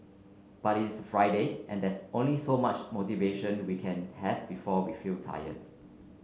but it's Friday and there's only so much motivation we can have before we feel tired